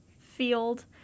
field